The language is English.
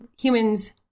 humans